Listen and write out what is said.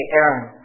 Aaron